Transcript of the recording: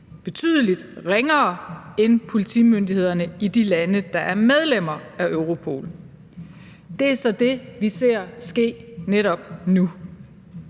betydelig ringere end politimyndighederne i de lande, der er medlemmer af Europol. Det er så det, vi ser ske netop nu.